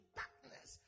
darkness